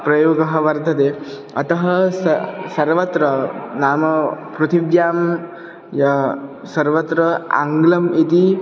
प्रयोगः वर्तते अतः सः सर्वत्र नाम पृथिव्यां यत्र सर्वत्र आङ्ग्लम् इति